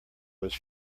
was